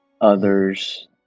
others